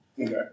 Okay